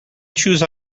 choose